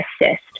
assist